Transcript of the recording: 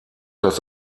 das